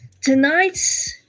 Tonight's